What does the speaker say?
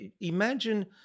Imagine